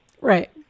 Right